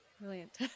Brilliant